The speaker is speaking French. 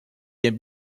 bien